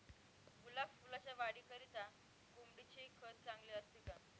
गुलाब फुलाच्या वाढीकरिता कोंबडीचे खत चांगले असते का?